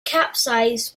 capsized